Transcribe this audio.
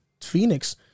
Phoenix